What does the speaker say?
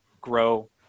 grow